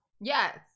Yes